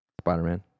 Spider-Man